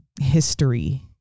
history